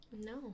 No